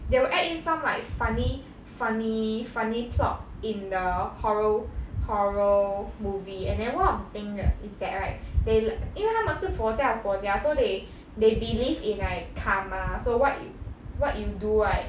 they will add in some like funny funny funny plot in the horror horror movie and then one of the thing that is that right they like 因为他们是佛教国家 so they they believe in like karma so what you what you do right